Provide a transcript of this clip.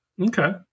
Okay